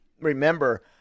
remember